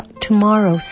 tomorrow